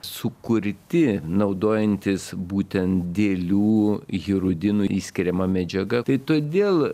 sukurti naudojantis būtent dėlių hirudinu išskiriama medžiaga kai todėl